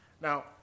Now